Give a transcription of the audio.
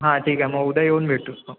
हां ठीक आहे मग उद्या येऊन भेटतोच मग